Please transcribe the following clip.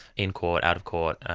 in court, out of court,